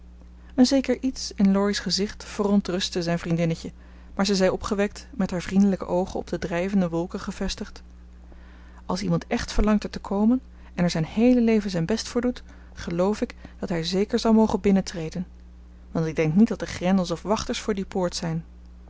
een zeker iets in laurie's gezicht verontrustte zijn vriendinnetje maar zij zei opgewekt met haar vriendelijke oogen op de drijvende wolken gevestigd als iemand echt verlangt er te komen en er zijn heele leven zijn best voor doet geloof ik dat hij zeker zal mogen binnentreden want ik denk niet dat er grendels of wachters voor die poort zijn